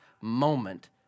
moment